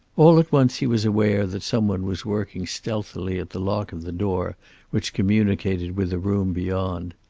all at once he was aware that some one was working stealthily at the lock of the door which communicated with a room beyond.